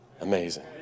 Amazing